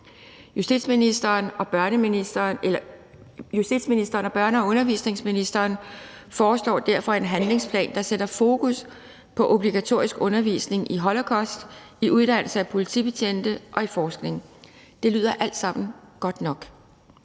Justitsministeren og børne- og undervisningsministeren foreslår derfor en handlingsplan, der sætter fokus på det ved obligatorisk undervisning i holocaust i skolen og i uddannelsen af politibetjente og mere forskning i det. Det lyder alt sammen godt nok,